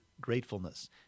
gratefulness